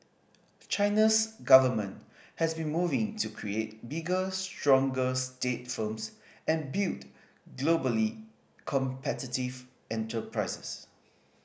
China's government has been moving to create bigger stronger state firms and build globally competitive enterprises